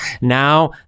Now